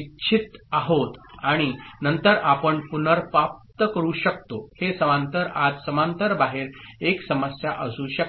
इच्छित आहोत आणि नंतर आपण पुनर्प्राप्त करू शकतो हे समांतर आत समांतर बाहेर एक समस्या असू शकते